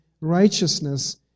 righteousness